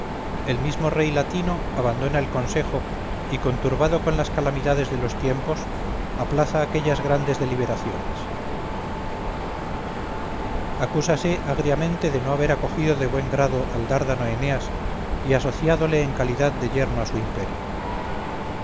el mismo rey latino abandona el consejo y conturbado con las calamidades de los tiempos aplaza aquellas grandes deliberaciones acúsase agriamente de no haber acogido de buen grado al dárdano eneas y asociádole en calidad de yerno a su imperio